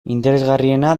interesgarriena